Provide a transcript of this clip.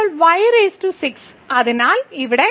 ഇപ്പോൾ അതിനാൽ ഇവിടെ